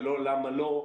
ולא למה לא,